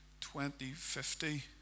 2050